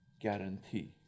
guarantee